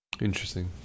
Interesting